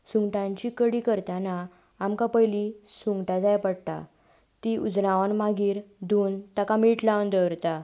सुंगटांची कडी करतना आमकां पयलीं सुंगटां जाय पडटा तीं उजरावन मागीर धुवन ताका मीठ लावन दवरतात